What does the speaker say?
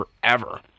forever